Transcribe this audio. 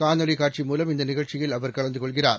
காணொளிகாட்சி மூலம் இந்தநிகழ்ச்சியில் அவர் கலந்துகொள்கிறார்